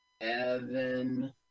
Evan